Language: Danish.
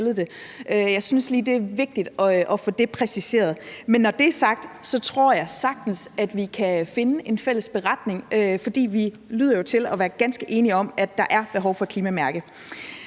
Jeg synes lige, det er vigtigt at få det præciseret. Men når det er sagt, tror jeg sagtens, at vi kan finde ud af en fælles beretning, for det lyder jo, som om vi er ganske enige om, at der er behov for et klimamærke.